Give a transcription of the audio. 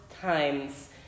times